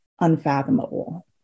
unfathomable